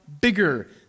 bigger